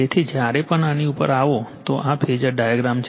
તેથી જ્યારે પણ આની ઉપર આવો તો આ ફેઝર ડાયાગ્રામ છે